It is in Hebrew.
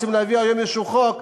רוצים להביא היום איזה חוק,